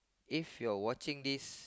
if you're watching this